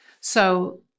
So-